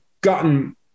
gotten